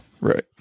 Right